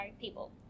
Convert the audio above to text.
people